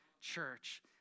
church